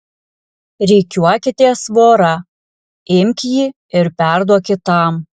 rikiuokitės vora imk jį ir perduok kitam